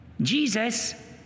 Jesus